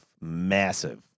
massive